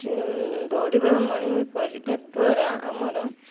ଦୌଡ଼ିବା morning walk କରିବା ଦ୍ୱାରା ଆମର